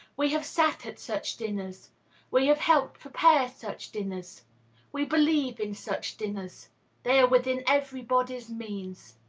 we have sat at such dinners we have helped prepare such dinners we believe in such dinners they are within everybody's means.